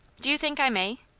do you think i may?